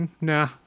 Nah